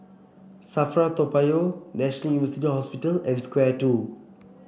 Safra Toa Payoh National University Hospital and Square Two